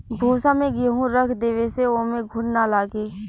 भूसा में गेंहू रख देवे से ओमे घुन ना लागे